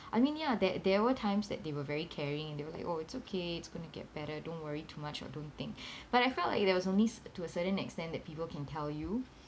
I mean ya there there were times that they were very caring and they were like oh it's okay it's going to get better don't worry too much or don't think but I felt like there was only to a certain extent that people can tell you